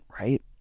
right